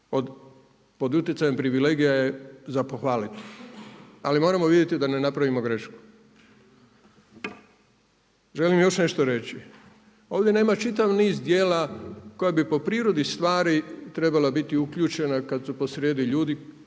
pod utjecajem privilegija je za pohvaliti. Ali moramo vidjeti da ne napravimo grešku. Želim još nešto reći, ovdje nema čitav niz djela koja bi po prirodi stvari trebala biti uključena kad su posrijedi ljudi